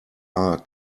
are